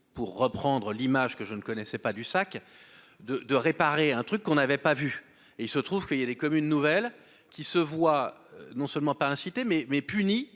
pour reprendre l'image que je ne connaissais pas du sac de de réparer un truc qu'on avait pas vu et il se trouve qu'il y a des communes nouvelles qui se voit non seulement pas inciter mais mais